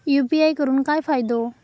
UPI करून काय फायदो?